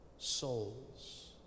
souls